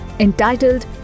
entitled